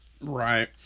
Right